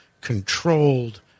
controlled